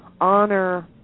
honor